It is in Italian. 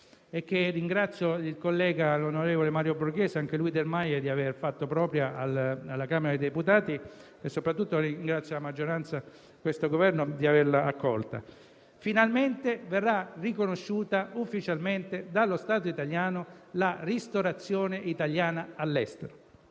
ringrazio il collega l'onorevole Mario Borghese, anche lui del Movimento associativo italiani all'estero (MAIE), di aver fatto proprio alla Camera dei deputati; soprattutto però ringrazio la maggioranza e questo Governo di averla accolta. Finalmente verrà riconosciuta ufficialmente dallo Stato italiano la ristorazione italiana all'estero: